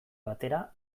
batera